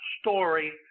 story